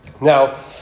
Now